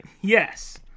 Yes